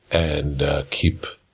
and i keep